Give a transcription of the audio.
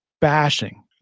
bashing